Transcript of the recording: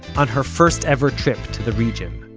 on her first ever trip to the region